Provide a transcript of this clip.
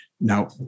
Now